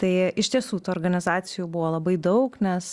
tai iš tiesų tų organizacijų buvo labai daug nes